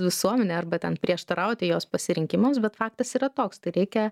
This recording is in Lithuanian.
visuomenę arba ten prieštarauti jos pasirinkimams bet faktas yra toks tai reikia